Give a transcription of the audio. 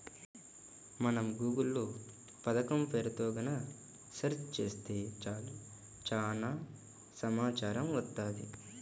మనం గూగుల్ లో పథకం పేరుతో గనక సెర్చ్ చేత్తే చాలు చానా సమాచారం వత్తది